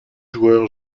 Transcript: joueurs